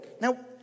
Now